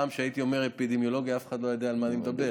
פעם כשהייתי אומר "אפידמיולוגיה" אף אחד לא ידע על מה אני מדבר,